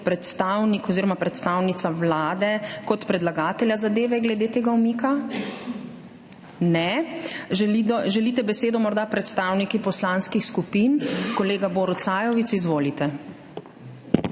predstavnik oziroma predstavnica Vlade kot predlagatelja zadeve glede tega umika? Ne. Želite besedo morda predstavniki poslanskih skupin? Kolega Borut Sajovic, izvolite.